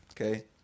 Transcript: okay